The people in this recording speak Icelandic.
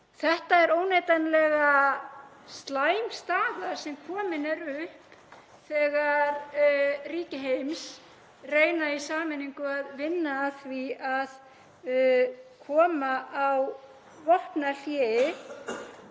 Þetta er óneitanlega slæm staða sem komin er upp þegar ríki heims reyna í sameiningu að vinna að því að koma á vopnahléi.